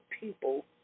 people